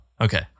okay